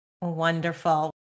Wonderful